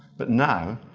but now,